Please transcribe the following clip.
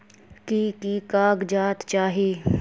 की की कागज़ात चाही?